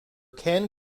kevin